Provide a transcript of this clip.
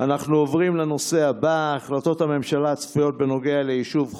אנחנו עוברים לנושא הבא: החלטות הממשלה הצפויות בנוגע ליישוב חומש,